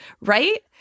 Right